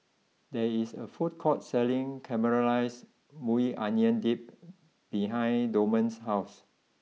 there is a food court selling Caramelized Maui Onion Dip behind Dorman's house